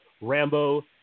Rambo